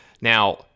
Now